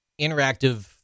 interactive